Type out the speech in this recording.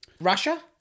Russia